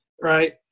right